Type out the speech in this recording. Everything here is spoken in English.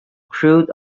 crude